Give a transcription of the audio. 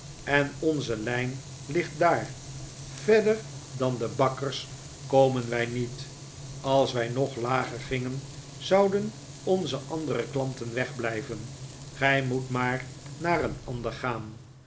en onze lijn ligt daar verder dan de bakkers komen wij niet als wij nog lager gingen zouden onze andere klanten wegblijven gij moet maar naar een ander gaan